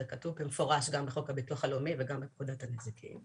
זה כתוב כמפורש גם בחוק הביטוח הלאומי וגם בפקודת הנזיקין.